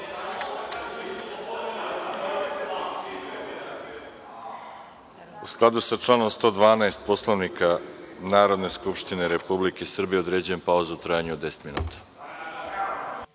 skladu sa članom 112. Poslovnika Narodne skupštine Republike Srbije, određujem pauzu u trajanju od 10 minuta.(Posle